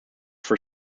for